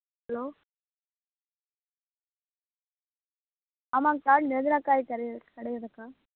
hello ஆமாங்கக்கா நிரஞ்சனா காய் கடை கடையேதாங்கக்கா